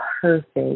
perfect